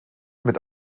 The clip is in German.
mit